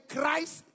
Christ